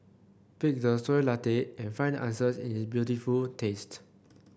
pick the Soy Latte and find the answers in its beautiful taste